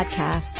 podcast